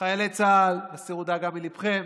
חיילי צה"ל, הסירו דאגה מליבכם,